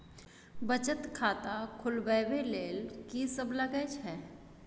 बचत खाता खोलवैबे ले ल की सब लगे छै?